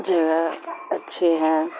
جگہ اچھے ہیں